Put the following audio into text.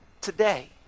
today